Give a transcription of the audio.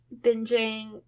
binging